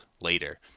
later